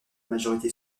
majorité